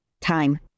time